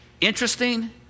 interesting